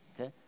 Okay